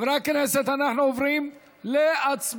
חברי הכנסת, אנחנו עוברים להצבעה